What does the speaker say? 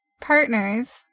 partners